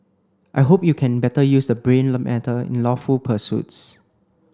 I hope you can better use the brain matter in lawful pursuits